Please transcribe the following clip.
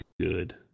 good